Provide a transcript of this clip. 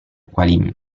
quali